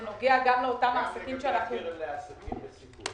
זה נוגע גם לאותם עסקים --- גם לגבי הקרן לעסקים בסיכון.